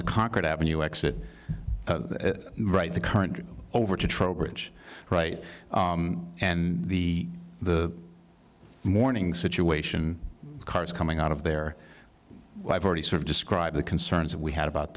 the concord avenue exit right the current over to trowbridge right and the the morning situation cars coming out of there i've already sort of described the concerns we had about